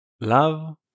Love